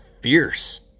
fierce